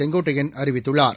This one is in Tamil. செங்கோட்டையன் அறிவித்துள்ளார்